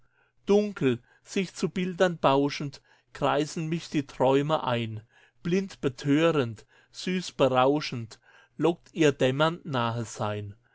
dunkel sich zu bildern bauschend kreisen mich die träume ein blind betörend süß berauschend lockt ihr dämmernd